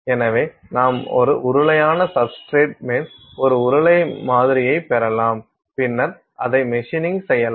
எனவே நாம் ஒரு உருளையான சப்ஸ்டிரேட் மேல் ஒரு உருளை மாதிரியைப் பெறலாம் பின்னர் அதை மெஷினிங் செய்யலாம்